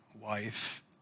wife